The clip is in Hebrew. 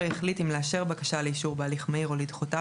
יחליט אם לאשר בקשה לאישור בהליך מהיר או לדחותה,